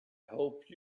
hope